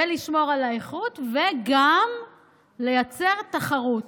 לשמור על האיכות וגם לייצר תחרות?